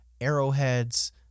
arrowheads